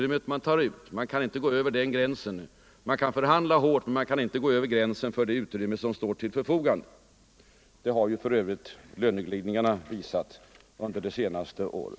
Man kan förhandla hårt, men man kan inte gå över gränsen för det utrymme som står till förfogande. Det har för övrigt löneglidningarna visat under det senaste året.